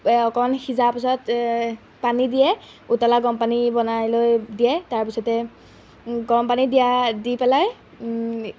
অকণ সিজা পিছত পানী দিয়ে উতলা গৰম পানী বনাই লৈ দিয়ে তাৰপিছতে গৰম পানী দিয়া দি পেলাই